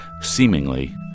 seemingly